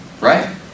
Right